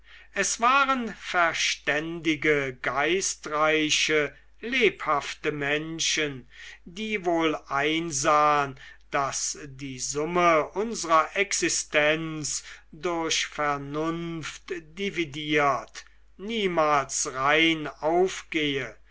es waren verständige geistreiche lebhafte menschen die wohleinsahen daß die summe unsrer existenz durch vernunft dividiert niemals rein aufgehe